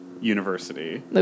university